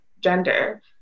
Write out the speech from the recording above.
gender